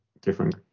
different